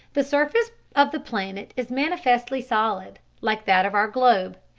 the surface of the planet is manifestly solid, like that of our globe,